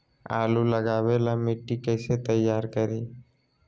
आलु लगावे ला मिट्टी कैसे तैयार करी?